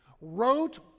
wrote